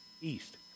East